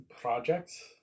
projects